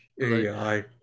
AI